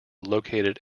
located